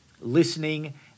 listening